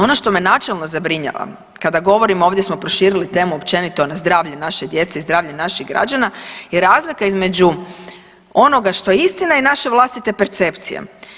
Ono što me načelno zabrinjava kada govorimo, a ovdje smo proširili temu općenito na zdravlje naše djece i zdravlje naših građana je razlika između onoga što je istina i naše vlastite percepcije.